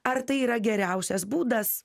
ar tai yra geriausias būdas